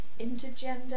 Intergender